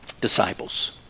disciples